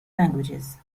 languages